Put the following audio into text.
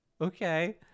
okay